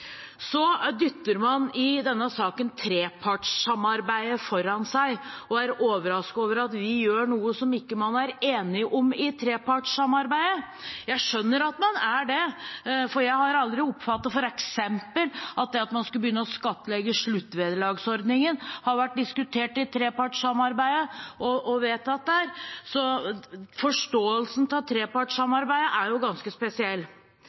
over at vi gjør noe som man ikke er enige om i trepartssamarbeidet. Jeg skjønner at man er det, for jeg har aldri oppfattet at f.eks. det at man skulle begynne å skattlegge sluttvederlagsordningen, har vært diskutert i trepartssamarbeidet og vedtatt der. Så forståelsen av trepartssamarbeidet er ganske spesiell.